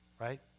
right